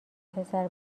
پسر